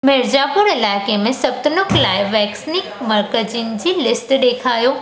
मिर्ज़ापुर इलाइक़े में स्पतनिक लाइ वैक्सीन मर्कज़नि जी लिस्ट ॾेखारियो